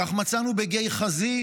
כך מצאנו בגיחזי,